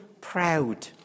proud